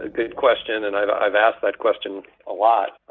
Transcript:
ah good question. and i've i've asked that question a lot.